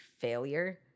failure